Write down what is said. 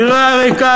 דירה ריקה,